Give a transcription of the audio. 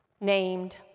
named